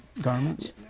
garments